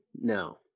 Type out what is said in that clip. no